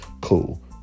cool